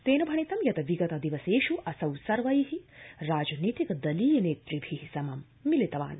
तेन भणितं यत् विगत दिवसेष् असौ सर्वै राजनीतिक दलीय नेतृभि मिलितवान्